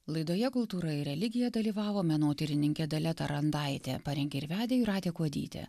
laidoje kultūra ir religija dalyvavo menotyrininkė dalia tarandaitė parengė ir vedė jūratė kuodytė